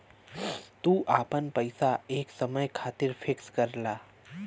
तू आपन पइसा एक समय खातिर फिक्स करला